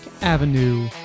avenue